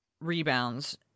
rebounds